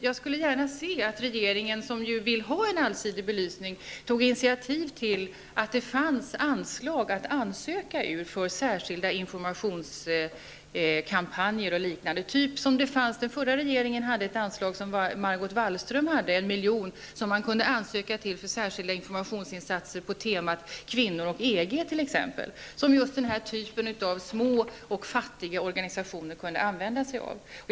Jag skulle gärna se att regeringen, som ju vill ha en allsidig belysning, tog initiativ till ett anslag som man kan söka medel ur för särskilda informationskampanjer och liknande. Den förra regeringen hade ett anslag hos Margot Wallström på 1 miljon, där man kunde ansöka om medel för särskilda informationssatsningar för t.ex. temat Kvinnor och EG, som just små och fattiga organisationer kunde använda sig av.